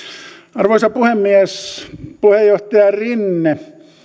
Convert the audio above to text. arvoisa puhemies puheenjohtaja rinne